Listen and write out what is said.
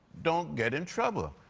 don't get in trouble.